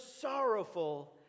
sorrowful